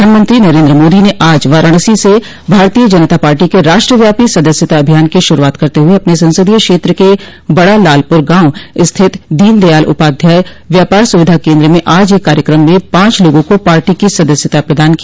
प्रधानमंत्री नरेन्द्र मोदी ने आज वाराणसी से भारतीय जनता पार्टी के राष्ट्रव्यापी सदस्यता अभियान की शुरूआत करते हुए अपने संसदीय क्षेत्र के बड़ा लालपुर गांव स्थित दीनदयाल उपाध्याय व्यापार सुविधा केन्द्र में आज एक कार्यक्रम में पांच लोगों को पार्टी की सदस्यता प्रदान की